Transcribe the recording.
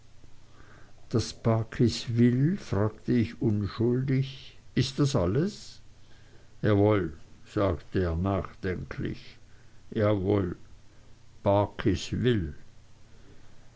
barkis will fragte ich unschuldig ist das alles jawoll sagte er nachdenklich jawoll barkis will